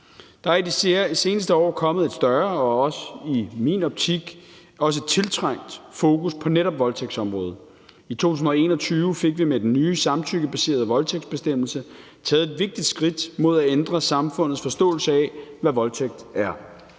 Der er i de seneste år kommet et større og i min optik også et tiltrængt fokus på netop voldtægtsområdet. I 2021 fik vi med den nye samtykkebaserede voldtægtsbestemmelse taget et vigtigt skridt mod at ændre samfundets forståelse af, hvad voldtægt er.